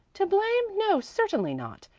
to blame? no, certainly not.